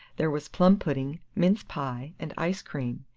there was plum-pudding, mince-pie, and ice-cream,